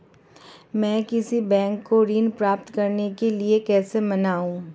मैं किसी बैंक को ऋण प्राप्त करने के लिए कैसे मनाऊं?